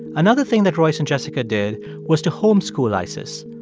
another thing that royce and jessica did was to home-school isis.